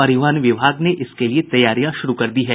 परिवहन विभाग ने इसके लिए तैयारियां शुरू कर दी है